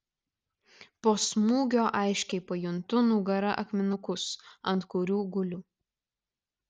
po smūgio aiškiai pajuntu nugara akmenukus ant kurių guliu